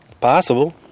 possible